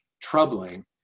troubling